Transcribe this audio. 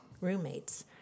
roommates